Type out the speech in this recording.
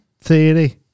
theory